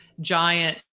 giant